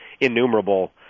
innumerable